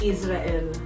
Israel